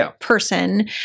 person